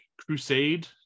crusade